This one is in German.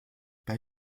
bei